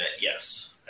yes